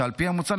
שעל פי המוצע,